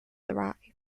arrived